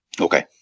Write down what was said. Okay